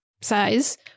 size